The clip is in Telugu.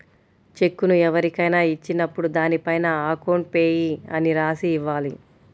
చెక్కును ఎవరికైనా ఇచ్చినప్పుడు దానిపైన అకౌంట్ పేయీ అని రాసి ఇవ్వాలి